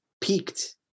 peaked